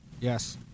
Yes